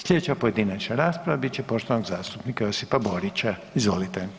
Slijedeća pojedinačna rasprava bit će poštovanog zastupnika Josipa Borića, izvolite.